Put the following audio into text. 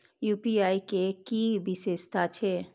UPI के कि विषेशता छै?